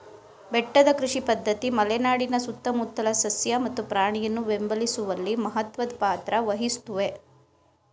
ಬೆಟ್ಟದ ಕೃಷಿ ಪದ್ಧತಿ ಮಲೆನಾಡಿನ ಸುತ್ತಮುತ್ತಲ ಸಸ್ಯ ಮತ್ತು ಪ್ರಾಣಿಯನ್ನು ಬೆಂಬಲಿಸುವಲ್ಲಿ ಮಹತ್ವದ್ ಪಾತ್ರ ವಹಿಸುತ್ವೆ